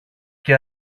και